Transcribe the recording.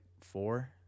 four